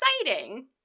exciting